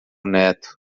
neto